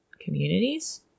communities